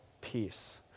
peace